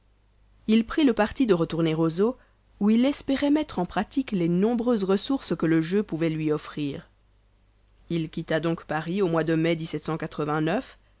il prit le parti de retourner aux eaux où il espérait mettre en pratique les nombreuses ressources que le jeu pouvait lui offrir il quitta donc paris au mois de mai